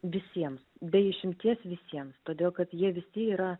visiems be išimties visiems todėl kad jie visi yra